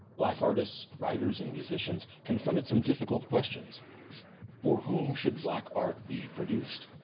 black artists, writers, and musicians confronted some difficult questions for whom should black art be produced?